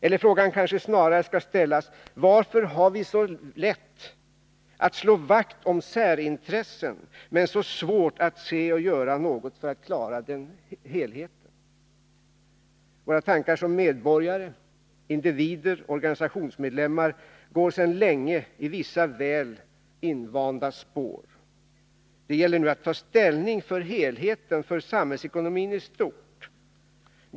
Eller frågan kanske snarare skall ställas: Varför har vi så lätt att slå vakt om särintressen men så svårt att se och göra något för att klara helheten? Våra tankar som medborgare, individer och organisationsmedlemmar går sedan länge i vissa väl invanda spår. Det gäller nu att ta ställning för helheten, för samhällsekonomin i stort.